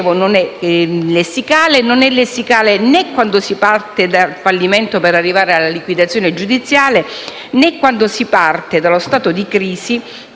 modifica quindi non è lessicale, né quando si parte dal fallimento per arrivare alla liquidazione giudiziale, né quando si parte dallo stato di